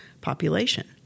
population